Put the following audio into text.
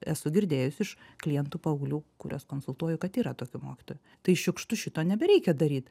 esu girdėjus iš klientų paauglių kuriuos konsultuoju kad yra tokių mokytojų tai šiukštu šito nebereikia daryt